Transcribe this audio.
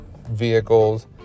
vehicles